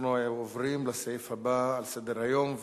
אנחנו עוברים לסעיף הבא על סדר-היום,